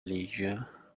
leisure